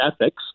ethics